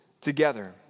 together